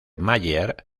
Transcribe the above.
mayer